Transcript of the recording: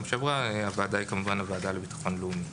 הוועדה היא כמובן הוועדה לביטחון לאומי.